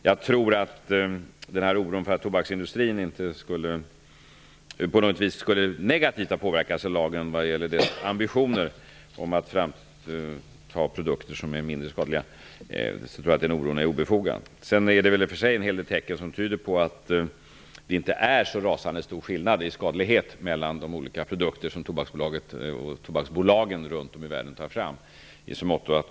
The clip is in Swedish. Jag tror att oron för att tobaksindustrin skall ha påverkats negativt av lagen när det gäller ambitionen att ta fram produkter som är mindre skadliga är obefogad. Sedan finns det i och för sig en hel del tecken som tyder på att det inte är så rasande stor skillnad i skadlighet mellan de olika produkter som tobaksbolagen runt om i världen tar fram.